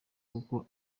kuko